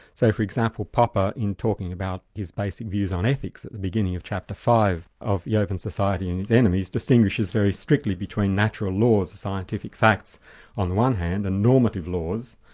so for example, popper, in talking about his basic views on ethics at the beginning of chapter five of the open society and its enemies, distinguishes very strictly between natural laws, scientific facts on the one hand, and normative laws,